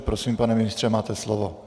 Prosím, pane ministře, máte slovo.